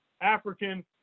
African